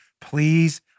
please